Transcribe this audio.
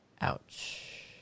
Ouch